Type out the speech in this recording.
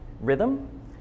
rhythm